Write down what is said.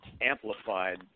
amplified